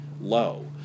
low